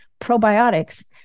probiotics